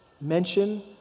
mention